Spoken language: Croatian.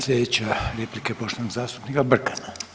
Sljedeća replika je poštovanog zastupnika Brkana.